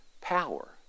power